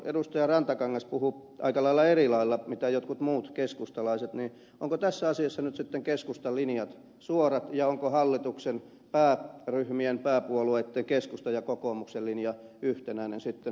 rantakangas puhui aikalailla erilailla kuin jotkut muut keskustalaiset onko tässä asiassa nyt sitten keskustan linjat suorat ja onko hallituksen pääryhmien pääpuolueitten keskustan ja kokoomuksen linja yhtenäinen sitten